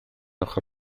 ochr